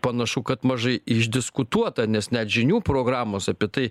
panašu kad mažai išdiskutuota nes net žinių programos apie tai